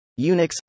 Unix